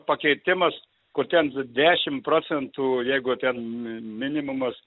pakeitimas kur ten dešimt procentų jeigu ten minimumas